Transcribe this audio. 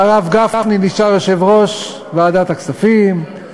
והרב גפני נשאר יושב-ראש ועדת הכספים,